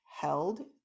Held